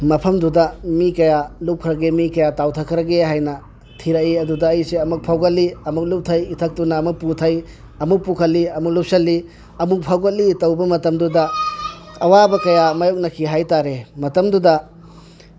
ꯃꯐꯝꯗꯨꯗ ꯃꯤ ꯀꯌꯥ ꯂꯨꯞꯈ꯭ꯔꯒꯦ ꯃꯤ ꯀꯌꯥ ꯇꯥꯎꯊꯈ꯭ꯔꯒꯦ ꯍꯥꯏꯅ ꯊꯤꯔꯛꯏ ꯑꯗꯨꯗ ꯑꯩꯁꯦ ꯑꯃꯨꯛ ꯐꯥꯎꯒꯠꯂꯤ ꯑꯃꯨꯛ ꯂꯨꯞꯊꯩ ꯏꯊꯛꯇꯨꯅ ꯑꯃꯨꯛ ꯄꯨꯊꯩ ꯑꯃꯨꯛ ꯄꯨꯈꯠꯂꯤ ꯑꯃꯨꯛ ꯂꯨꯞꯁꯤꯜꯂꯤ ꯑꯃꯨꯛ ꯐꯥꯎꯒꯠꯂꯤ ꯇꯧꯕ ꯃꯇꯝꯗꯨꯗ ꯑꯋꯥꯕ ꯀꯌꯥ ꯃꯥꯏꯌꯣꯛꯅꯈꯤ ꯍꯥꯏꯇꯥꯔꯦ ꯃꯇꯝꯗꯨꯗ